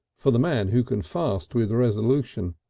for the man who can fast with resolution.